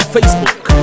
Facebook